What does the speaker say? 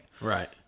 Right